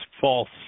false